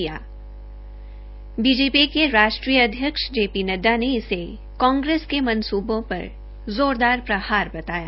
BJP के राश्ट्रीय अध्यक्ष जेपी नड्डा ने इसे कांग्रेस के गलत मंसूबों पर जोरदार प्रहार बताया